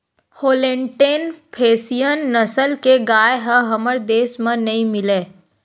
Holstein Friesian नसल के गाय ह हमर देस म नइ मिलय